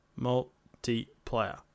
multiplayer